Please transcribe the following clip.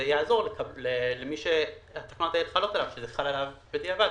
זה יעזור למי שזה חל עליו בדיעבד,